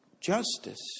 justice